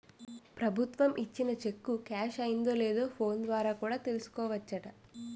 ప్రభుత్వం ఇచ్చిన cheque cash అయిందో లేదో ఫోన్ ద్వారా కూడా చూసుకోవచ్చట